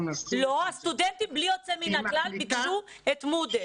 לא, הסטודנטים בלי יוצא מהכלל ביקשו את מודל.